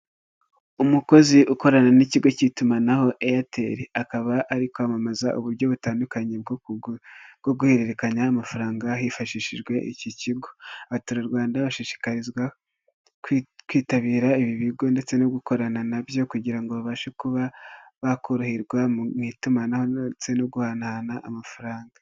Umukozi ukorana n'ikigo cy'itumanaho Airtel, akaba ari kwamamaza uburyo butandukanye bwo guhererekanya amafaranga hifashishijwe iki kigo, abaturarwanda bashishikarizwa kwitabira ibi bigo ndetse no gukorana na byo kugira ngo babashe kuba bakoroherwa mu itumanaho ndetse no guhanahana amafaranga.